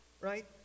right